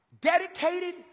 Dedicated